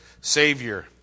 savior